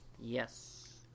Yes